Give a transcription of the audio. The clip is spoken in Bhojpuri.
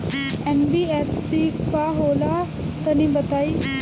एन.बी.एफ.सी का होला तनि बताई?